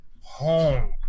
home